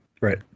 Right